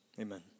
Amen